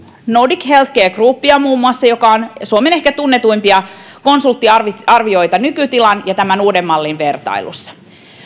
nordic healthcare groupia joka on tehnyt ehkä suomen tunnetuimpia konsulttiarvioita nykytilan ja tämän uudemman mallin vertailussa